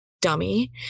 dummy